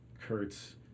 Kurtz